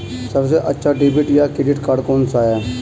सबसे अच्छा डेबिट या क्रेडिट कार्ड कौन सा है?